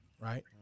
right